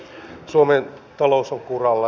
suomen talous on kuralla